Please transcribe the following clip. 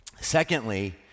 Secondly